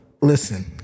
Listen